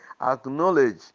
acknowledge